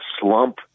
slump